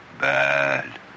Bad